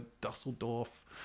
Dusseldorf